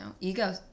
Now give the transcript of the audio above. ego –